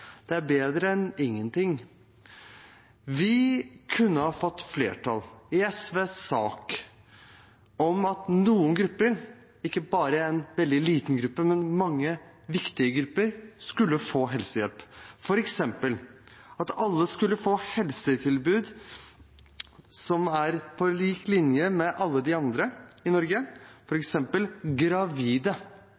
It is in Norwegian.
Det er bedre enn ingenting. Vi kunne fått flertall i SVs sak om at ikke bare en veldig liten gruppe, men mange viktige grupper skulle få helsehjelp, at f.eks. gravide migranter skulle få et helsetilbud på lik linje med alle andre i Norge. Vi kunne fått flertall hvis Kristelig Folkeparti hadde stemt for,